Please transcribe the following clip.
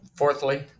Fourthly